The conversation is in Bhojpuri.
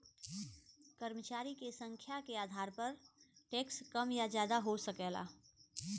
कर्मचारी क संख्या के आधार पर टैक्स कम या जादा हो सकला